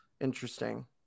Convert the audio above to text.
Interesting